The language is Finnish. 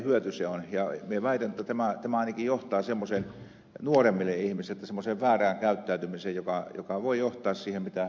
minä väitän että tämä ainakin johtaa nuoremmille ihmisille semmoiseen väärään käyttäytymiseen joka voi johtaa siihen mitä ed